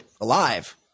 alive